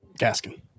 Gaskin